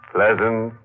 Pleasant